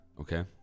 okay